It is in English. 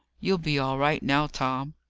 you'll be all right now, tom.